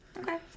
Okay